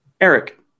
Eric